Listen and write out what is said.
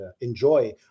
enjoy